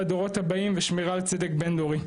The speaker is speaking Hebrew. הדורות הבאים ושמירה על צדק בין דורי.